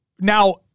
Now